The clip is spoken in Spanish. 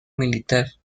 militar